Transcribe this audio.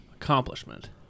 accomplishment